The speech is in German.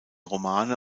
romane